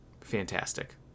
fantastic